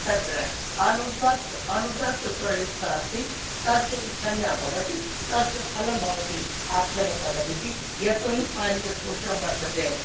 तत्र अनुदात्तस्वरयुक्तः अस्ति तस्य इत्संज्ञा भवति तस्य फलं भवति आत्मनेपदम् इति यतोहि पाणिनीयसूत्रं वर्तते